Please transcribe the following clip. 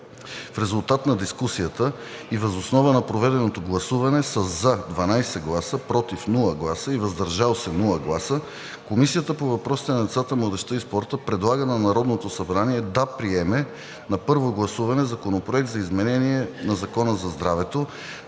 В резултат на дискусията и въз основа на проведеното гласуване с 12 гласа „за“ , без „против“ и „въздържал се“ Комисията по въпросите на децата, младежта и спорта предлага на Народното събрание да приеме на първо гласуване Законопроект за изменение на Закона за здравето,